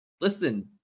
listen